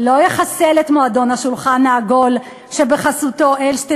לא יחסל את מועדון השולחן העגול שבחסותו אלשטיין